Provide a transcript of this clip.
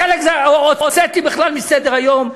חלק הוצאתי בכלל מסדר-היום.